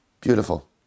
beautiful